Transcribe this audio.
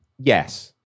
Yes